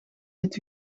dit